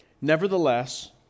Nevertheless